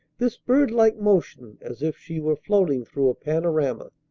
this bird-like motion as if she were floating through a panorama!